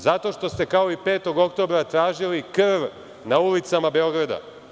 Zato što ste, kao i 5. oktobra, tražili krv na ulicama Beograda.